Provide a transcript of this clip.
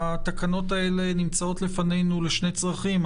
התקנות האלה נמצאות לפנינו לשני צרכים.